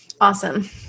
Awesome